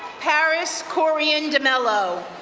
paris corrine demello,